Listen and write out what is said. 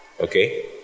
Okay